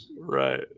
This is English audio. Right